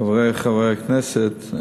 חברי חברי הכנסת,